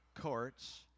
courts